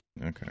okay